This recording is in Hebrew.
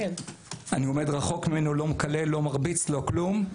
אני עומד רחוק ממנו, לא מקלל, לא מרביץ, לא כלום.